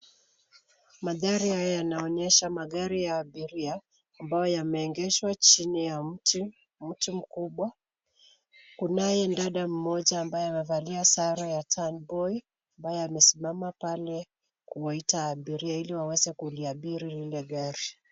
Mandhari haya yanaonyesha magari ya abiria ambayo yameegeshwa chini ya mti, mti mkubwa. Kunaye dada mmoja ambaye amevalia sare ya turn boy ambaye amesimama pale kuwaita abiria iliwaweze kuliabiri lile gari.